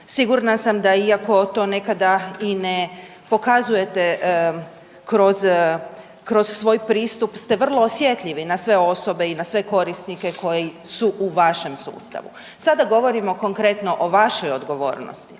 Sigurna sam da iako to nekada i ne pokazujete kroz svoj pristup ste vrlo osjetljivi na sve osobe i na sve korisnike koji su u vašem sustavu, sada govorimo konkretno o vašoj odgovornosti.